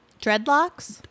dreadlocks